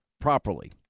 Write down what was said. properly